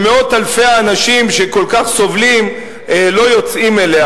שמאות אלפי אנשים שכל כך סובלים לא יוצאים אליה?